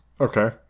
Okay